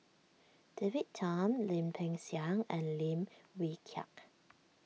David Tham Lim Peng Siang and Lim Wee Kiak